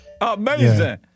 Amazing